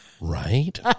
Right